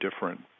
different